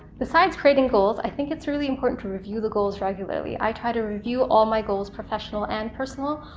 besides creating goals i think it's really important to review the goals regularly. i try to review all my goals, professional and personal,